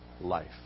life